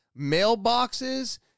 mailboxes